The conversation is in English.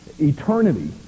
eternity